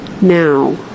now